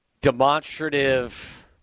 demonstrative